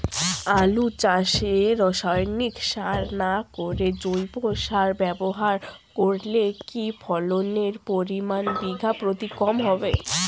আলু চাষে রাসায়নিক সার না করে জৈব সার ব্যবহার করলে কি ফলনের পরিমান বিঘা প্রতি কম হবে?